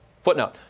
footnote